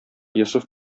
йосыф